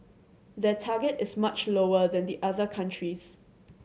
their target is much lower than the other countries